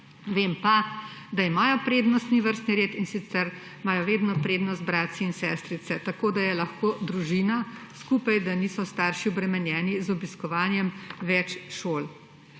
Vem pa, da imajo prednostni vrstni red, in sicer imajo vedno prednost bratci in sestrice tako, da je lahko družina skupaj, da niso starši obremenjeni z obiskovanjem več šol.